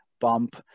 bump